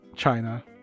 China